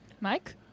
Mike